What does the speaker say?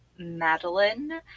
Madeline